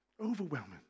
Overwhelming